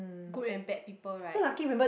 good and bad people right